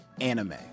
anime